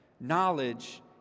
Knowledge